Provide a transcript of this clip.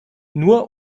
nur